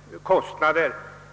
barnavårdsnämnden.